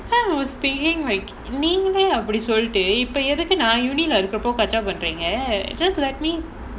and I was thinking like நீங்க அப்டி சொல்லிட்டு இப்போ எதுக்கு கப்ஸா பண்றீங்க:neenga apdi sollittu ippo edhuku kapsaa pandreenga just like me